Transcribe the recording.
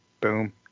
boom